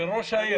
אצל ראש העיר.